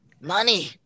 Money